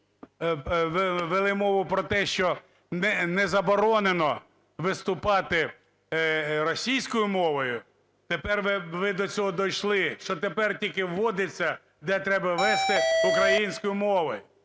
що… вели мову про те, що не заборонено виступати російською мовою, тепер ви до цього дійшли, що тепер тільки вводиться, де треба ввести українською мовою.